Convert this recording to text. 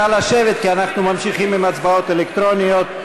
נא לשבת כי אנחנו ממשיכים בהצבעות אלקטרוניות.